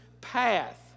path